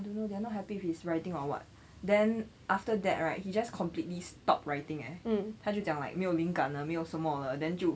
I don't know they're not happy with his writing or what then after that right he just completely stopped writing leh 他就讲没有灵感没有什么了 then 就